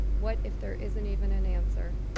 what if there isn't even an answer?